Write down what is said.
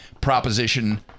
Proposition